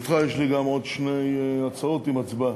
ברשותך, יש לי גם עוד שתי הצעות עם הצבעה.